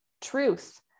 truth